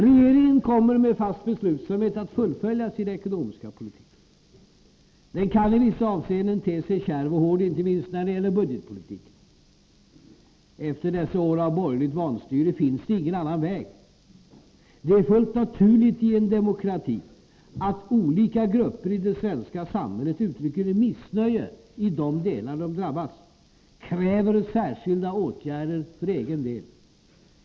Regeringen kommer med fast beslutsamhet att fullfölja sin ekonomiska politik. Den kan i vissa avseenden te sig kärv och hård, inte minst när det gäller budgetpolitiken. Efter dessa år av borgerligt vanstyre finns det ingen annan väg. Det är fullt naturligt i en demokrati att olika grupper i det svenska samhället uttrycker missnöje i de delar som de drabbas, kräver särskilda åtgärder för egen del.